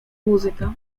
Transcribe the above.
muzyka